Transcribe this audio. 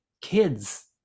kids